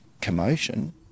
commotion